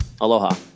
Aloha